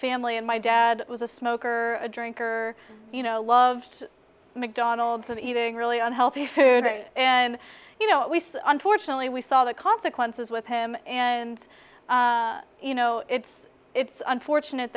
family and my dad was a smoker a drinker you know loved mcdonald's and eating really unhealthy food and you know what we saw unfortunately we saw the consequences with him and you know it's it's unfortunate